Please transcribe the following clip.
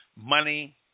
money